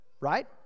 right